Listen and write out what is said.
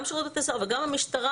גם שירות בתי הסוהר וגם המשטרה,